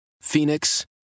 phoenix